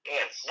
Yes